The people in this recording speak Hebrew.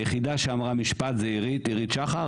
היחידה שאמרה משפט זו אירית, אירית שחר.